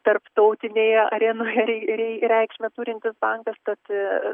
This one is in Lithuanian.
tarptautinėje arenoje rei rei reikšmę turintis bankas tad